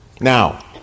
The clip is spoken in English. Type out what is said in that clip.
Now